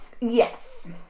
yes